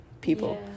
people